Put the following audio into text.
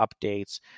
updates